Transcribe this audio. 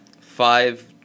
five